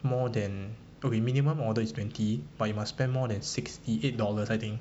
more than okay minimum order is twenty but you must spend more than sixty eight dollars I think